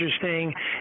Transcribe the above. interesting –